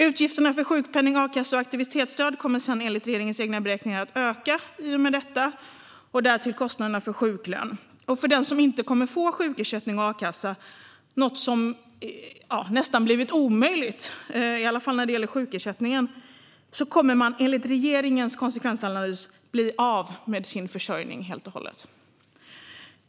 Utgifterna för sjukpenning, a-kassa och aktivitetsstöd kommer enligt regeringens egna beräkningar att öka i och med detta, liksom kostnaderna för sjuklön. Den som inte kommer att få sjukersättning eller a-kassa - något som nästan blivit omöjligt att få, i alla fall sjukersättningen - kommer enligt regeringens konsekvensanalys att bli av med sin försörjning helt och hållet.